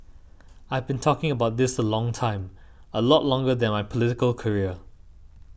I've been talking about this a long time a lot longer than my political career